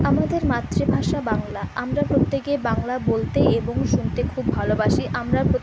আমাদের মাতৃভাষা বাংলা আমরা প্রত্যেকেই বাংলা বলতে এবং শুনতে খুব ভালোবাসি আমরা